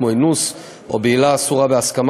כמו אינוס או בעילה אסורה בהסכמה,